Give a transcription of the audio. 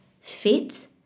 fit